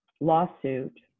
lawsuit